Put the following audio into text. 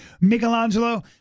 Michelangelo